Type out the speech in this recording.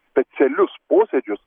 specialius posėdžius